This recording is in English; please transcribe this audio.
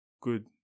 good